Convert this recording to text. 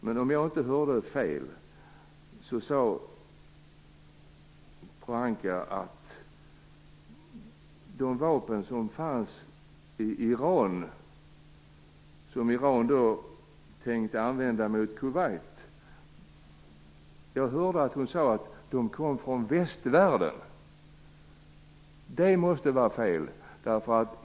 Men om jag inte hörde fel sade Pohanka att de vapen som fanns i Iran och som Iran tänkte använda mot Kuwait kom från västvärlden. Det måste vara fel.